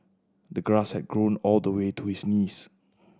the grass had grown all the way to his knees